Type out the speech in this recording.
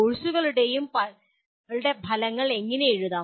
കോഴ്സുകളുടെ ഫലങ്ങൾ എങ്ങനെ എഴുതാം